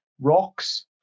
Rocks